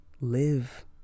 Live